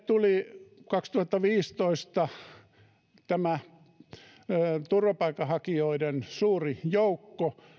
tuli kaksituhattaviisitoista turvapaikanhakijoiden suuri joukko